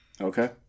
Okay